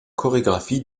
chorégraphie